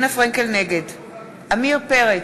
נגד עמיר פרץ,